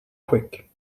quick